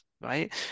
right